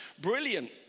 Brilliant